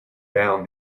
down